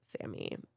Sammy